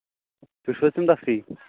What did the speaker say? تُہۍ چھُو حظ تَمہِ دۄہ فرٛی